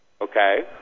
Okay